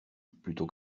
plutôt